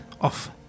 off